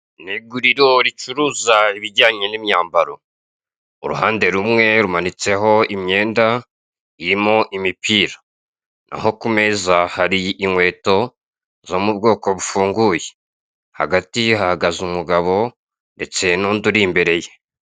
Ni iguriro ricuruza ibijyanye n'imyambaro uruhande rumwe rumanitseho imyenda irimo imipira naho ku meza hari inkweto zo mu bwoko bufunguye hagati hahagaze umugabo ndetse nundi uri imbere ye.